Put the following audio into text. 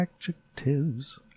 adjectives